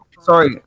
sorry